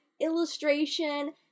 illustration